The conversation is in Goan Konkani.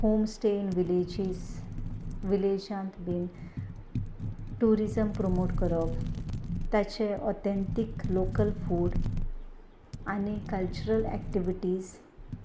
होम स्टे इन विलेजीस विलेजांत बीन ट्युरीजम प्रोमोट करप ताचें ऑथेंटीक लोकल फूड आनी कल्चरल एक्टिविटीज